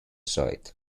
site